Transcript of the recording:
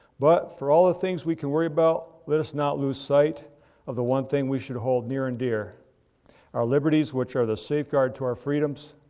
but for all the things we can worry about, let us not lose sight of the one thing we should hold near and dear our liberties which are the safeguard to our freedoms.